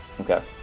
okay